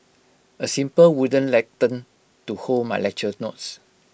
A simple wooden lectern to hold my lecture notes